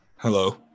Hello